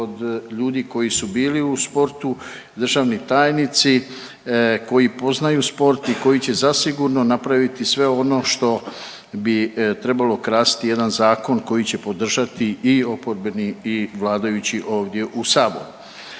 od ljudi koji su bili u sportu, državni tajnici koji poznaju sport i koji će zasigurno napraviti sve ono što bi trebalo krasiti jedan zakon koji će podržati i oporbeni i vladajući ovdje u Saboru.